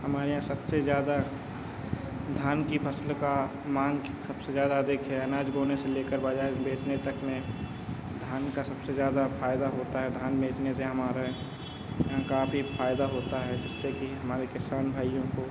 हमारे यहाँ सबसे ज़्यादा धान की फसल का माँग सबसे ज़्यादा अधिक है अनाज बोने से लेकर बाजार बेचने तक में धान का सबसे ज़्यादा फायदा होता है धान बेचने से हमारे यहाँ काफ़ी फायदा होता है जिससे कि हमारे किसान भाइयों को